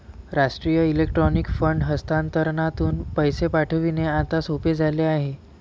राष्ट्रीय electronic fund हस्तांतरणातून पैसे पाठविणे आता सोपे झाले आहे